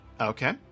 Okay